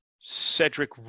Cedric